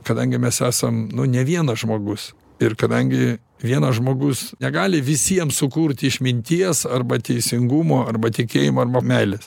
kadangi mes esam ne vienas žmogus ir kadangi vienas žmogus negali visiem sukurti išminties arba teisingumo arba tikėjimo arba meilės